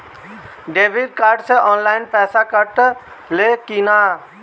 Debit card से online पैसा कटा ले कि ना?